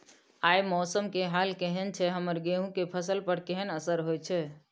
आय मौसम के हाल केहन छै हमर गेहूं के फसल पर केहन असर होय छै?